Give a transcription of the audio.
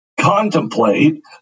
contemplate